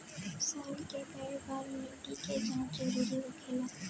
साल में केय बार मिट्टी के जाँच जरूरी होला?